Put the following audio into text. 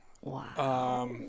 Wow